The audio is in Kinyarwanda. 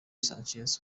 sanchez